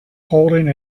holding